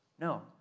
No